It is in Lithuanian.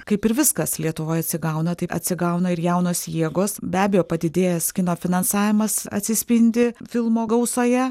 kaip ir viskas lietuvoj atsigauna taip atsigauna ir jaunos jėgos be abejo padidėjęs kino finansavimas atsispindi filmo gausoje